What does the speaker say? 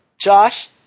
Josh